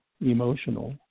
emotional